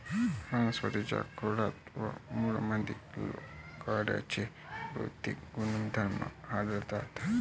वनस्पतीं च्या खोडात व मुळांमध्ये लाकडाचे भौतिक गुणधर्म आढळतात